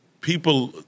people